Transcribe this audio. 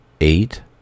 eight